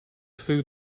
food